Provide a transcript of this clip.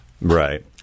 Right